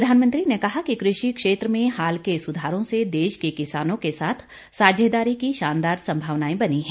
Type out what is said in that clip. प्रधानमंत्री ने कहा कि कृषि क्षेत्र में हाल के सुधारों से देश के किसानों के साथ साझेदारी की शानदार संभावनाएं बनीं हैं